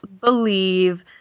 believe